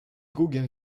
gauguin